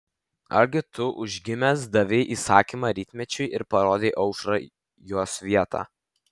argi tu užgimęs davei įsakymą rytmečiui ir parodei aušrai jos vietą